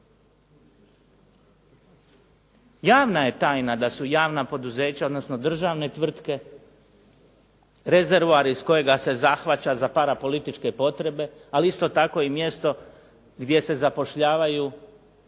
Javna je tajna da su javna poduzeća, odnosno državne tvrtke rezervoar iz kojega se zahvaća za parapolitičke potrebe, ali isto tako i mjesto gdje se zapošljavaju